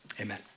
amen